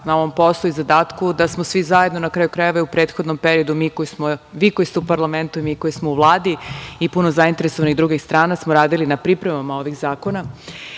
na ovom poslu i zadatku, da smo svi zajedno, na kraju krajeva, i u prethodnom periodu vi koji ste u parlamentu i mi koji smo u vladi, i puno zainteresovanih drugih strana, smo radili na pripremama ovih zakona. Ono